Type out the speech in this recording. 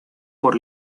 por